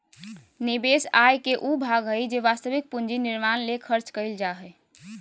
निवेश आय के उ भाग हइ जे वास्तविक पूंजी निर्माण ले खर्च कइल जा हइ